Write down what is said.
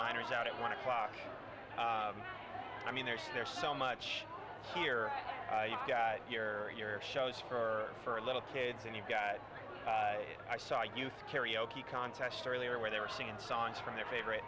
miners out at one o'clock i mean there's there's so much here you've got your shows for for little kids and you've got i saw a youth karaoke contest earlier where they were singing songs from their favorite